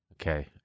Okay